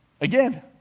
Again